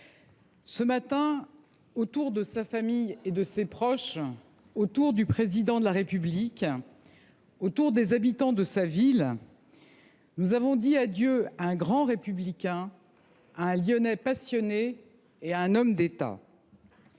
ce matin, autour de sa famille et de ses proches, autour du Président de la République, autour des habitants de sa ville, nous avons dit adieu à un grand républicain, à un Lyonnais passionné et à un homme d’État.